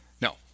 No